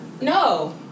no